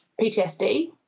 PTSD